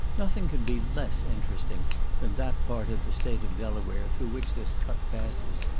nothing can be less interesting than that part of the state of delaware through which this cut passes,